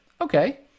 Okay